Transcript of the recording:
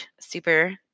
super